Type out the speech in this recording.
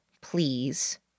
please